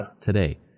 today